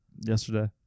Yesterday